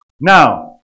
Now